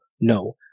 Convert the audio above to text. No